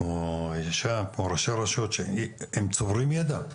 כמו האשם כמו ראשי הרשויות שהם צוברים ידע.